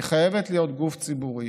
היא חייבת להיות גוף ציבורי,